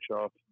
off